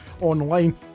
online